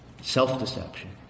Self-deception